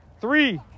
three